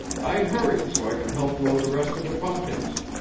i hurried so i can help load the rest of the pumpkins.